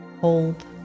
Hold